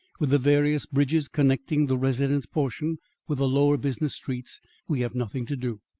with the various bridges connecting the residence portion with the lower business streets we have nothing to do.